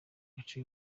gace